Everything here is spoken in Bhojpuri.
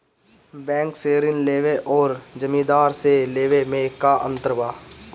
बैंक से ऋण लेवे अउर जमींदार से लेवे मे का अंतर बा?